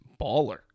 baller